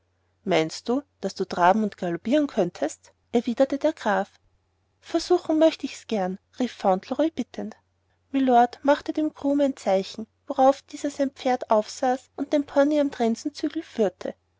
meinst du daß du traben und galoppieren könntest erwiderte der graf versuchen möcht ich's gern rief fauntleroy bittend mylord machte dem groom ein zeichen worauf dieser auf sein pferd aufsaß und den pony am trensenzügel führte